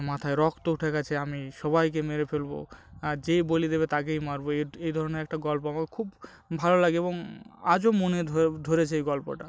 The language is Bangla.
মাথায় রক্ত উঠে গেছে আমি সবাইকে মেরে ফেলব আর যে বলি দেবে তাকেই মারব এর এই ধরনের একটা গল্প আমাকে খুব ভালো লাগে এবং আজও মনে ধরেছে এই গল্পটা